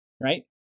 Right